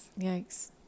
yikes